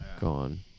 gone